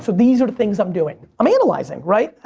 so these are the things i'm doing. i'm analyzing, right?